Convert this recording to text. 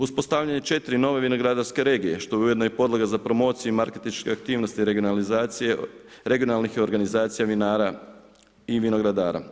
Uspostavljanje 4 nove vinogradarske regije što je ujedno i podloga za promociju i marketinške aktivnosti regionalizacije, regionalnih organizacija vinara i vinogradara.